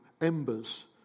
embers